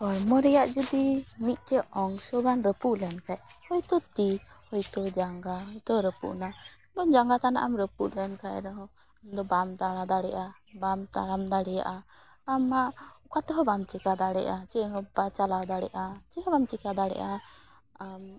ᱦᱚᱲᱢᱚ ᱨᱮᱭᱟᱜ ᱡᱩᱫᱤ ᱢᱤᱫᱴᱮᱱ ᱚᱝᱥᱚᱜᱟᱱ ᱨᱟᱹᱯᱩᱫ ᱞᱮᱱᱠᱷᱱ ᱦᱚᱭᱛᱚ ᱛᱤ ᱦᱚᱭᱛᱚ ᱡᱟᱸᱜᱟ ᱦᱚᱭᱛᱚ ᱨᱟᱹᱯᱩᱫᱱᱟ ᱵᱟ ᱡᱟᱸᱜᱟ ᱛᱟᱱᱟᱜᱼᱮᱢ ᱨᱟᱹᱯᱩᱫ ᱞᱮᱱᱠᱷᱟᱱ ᱨᱮᱦᱚᱸ ᱵᱟᱢ ᱫᱟᱬᱟ ᱫᱟᱲᱮᱜᱼᱟ ᱵᱟᱢ ᱛᱟᱲᱟᱢ ᱫᱟᱲᱮᱜᱼᱟ ᱟᱢᱢᱟ ᱚᱠᱟ ᱛᱮᱦᱚᱸ ᱵᱟᱢ ᱪᱮᱠᱟ ᱫᱟᱲᱮᱜᱼᱟ ᱪᱮᱫᱦᱚᱸ ᱵᱟᱢ ᱪᱟᱞᱟᱣ ᱫᱟᱲᱮᱜᱼᱟ ᱪᱮᱫᱦᱚᱸ ᱵᱟᱢ ᱪᱮᱠᱟ ᱫᱟᱲᱮᱜᱼᱟ ᱟᱢ